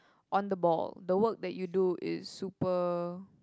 on the ball the work that you do is super